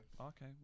okay